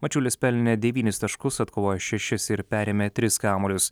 mačiulis pelnė devynis taškus atkovojo šešis ir perėmė tris kamuolius